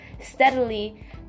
steadily